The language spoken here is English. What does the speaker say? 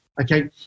Okay